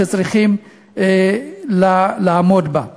שצריכים לעמוד בה.